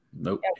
Nope